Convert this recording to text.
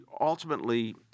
ultimately